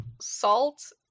salt